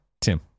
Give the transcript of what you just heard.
Tim